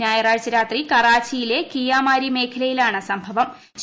ഞായറാഴ്ച രാത്രി കറാച്ചിയിലെ കിയാമാരി മേഖലയിലാണ് സംഭവം